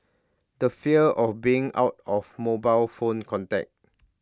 the fear of being out of mobile phone contact